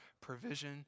provision